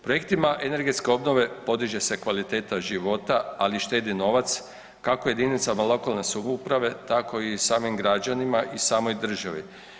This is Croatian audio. Projektima energetske obnove podiže se kvaliteta života, ali i štedi novac kako jedinicama lokalne samouprave, tako i samim građanima i samoj državi.